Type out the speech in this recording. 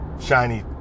shiny